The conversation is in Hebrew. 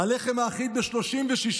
הלחם האחיד ב-36%,